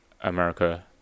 America